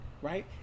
Right